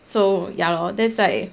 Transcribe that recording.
so ya lor that's like